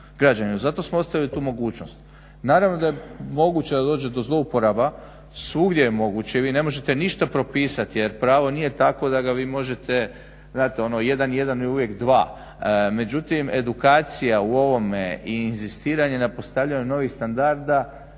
građaninu. Zato smo ostavili tu mogućnost. Naravno da je moguće da dođe do zlouporaba. Svugdje je moguće i vi ne možete ništa propisati jer pravo nije takvo da ga vi možete znate ono jedan i jedan je uvijek dva. Međutim edukacija u ovome i inzistiranje na postavljanju novih standarda